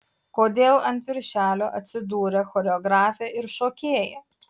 kodėl ant viršelio atsidūrė choreografė ir šokėja